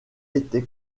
été